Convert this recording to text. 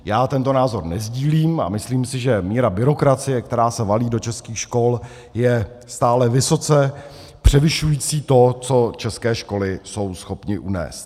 Já tento názor nesdílím a myslím si, že míra byrokracie, která se valí do českých škol, je stále vysoce převyšující to, co české školy jsou schopny unést.